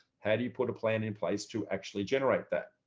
how do you put a plan in place to actually generate that?